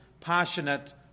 passionate